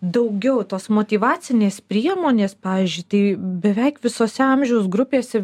daugiau tos motyvacinės priemonės pavyzdžiui tai beveik visose amžiaus grupėse